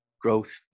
growth